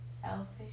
Selfish